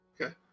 Okay